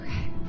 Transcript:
Okay